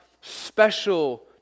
special